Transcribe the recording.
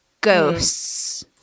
ghosts